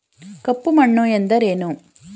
ಕಪ್ಪು ಮಣ್ಣು ಎಂದರೇನು?